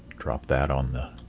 drop that on the